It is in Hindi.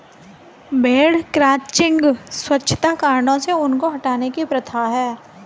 भेड़ क्रचिंग स्वच्छता कारणों से ऊन को हटाने की प्रथा है